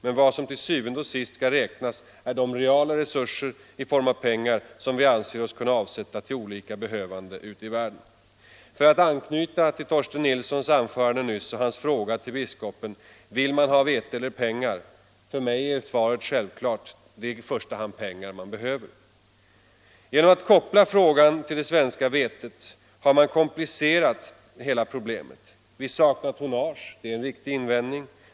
Men vad som till syvende og sidst skall räknas är de reala resurser i form av pengar som vi anser oss kunna avsätta till olika behövande ute i världen. Jag vill anknyta till herr Torsten Nilssons anförande och hans fråga till biskopen: ” Vill man ha vete eller pengar?” För mig är svaret självklart. Det är i första hand pengar man behöver. Genom att koppla frågan till det svenska vetet har man komplicerat hela problemet. Vi saknar tonnage — det är en riktig invändning.